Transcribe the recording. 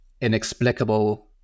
inexplicable